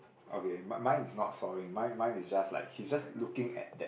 okay mine mine is not sawing mine mine is just like he's just looking at that